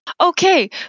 okay